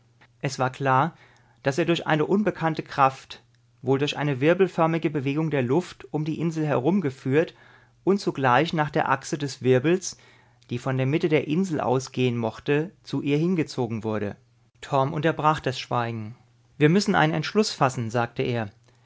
es war klar daß er durch eine unbekannte kraft wohl durch eine wirbelförmige bewegung der luft um die insel herumgeführt und zugleich nach der achse des wirbels die von der mitte der insel ausgehen mochte zu ihr hingezogen wurde torm unterbrach das schweigen wir müssen einen entschluß fassen sagte er